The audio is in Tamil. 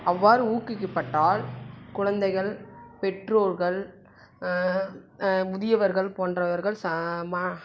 அவ்வாறு ஊக்குவிக்க பட்டால் குழந்தைகள் பெற்றோர்கள் முதியவர்கள் போன்றவர்கள் சமா